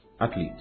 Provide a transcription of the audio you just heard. Athletes